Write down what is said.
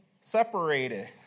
separated